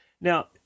Now